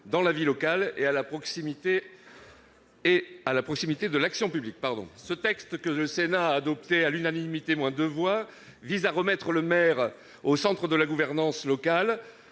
dans la vie locale et à la proximité de l'action publique. Ce texte, que le Sénat a adopté à l'unanimité moins deux voix, vise à remettre la maire au centre de la gouvernance locale,